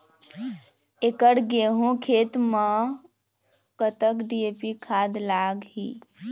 एकड़ गेहूं खेत म कतक डी.ए.पी खाद लाग ही?